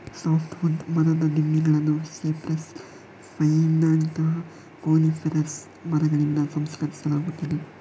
soft wood ಮರದ ದಿಮ್ಮಿಗಳನ್ನು cypress, ಪೈನಿನಂತಹ ಕೋನಿಫೆರಸ್ ಮರಗಳಿಂದ ಸಂಸ್ಕರಿಸಲಾಗುತ್ತದೆ